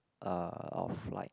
uh of like